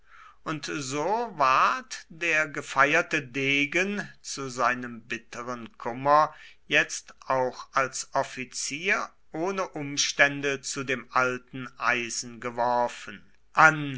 und so ward der gefeierte degen zu seinem bitteren kummer jetzt auch als offizier ohne umstände zu dem alten eisen geworfen an